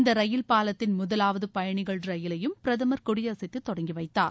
இந்த ரயில் பாலத்தின் முதலாவது பயணிகள் ரயிலையும் பிரதமர் கொடிசைத்து தொடங்கிவைத்தார்